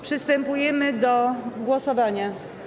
Przystępujemy do głosowania.